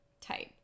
type